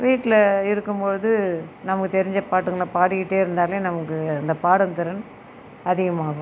வீட்டில் இருக்கும்பொழுது நமக்கு தெரிஞ்ச பாட்டுங்களை பாடிட்டே இருந்தாலே நமக்கு அந்த பாடும் திறன் அதிகமாகும்